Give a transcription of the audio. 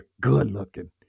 good-looking